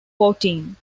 fourteen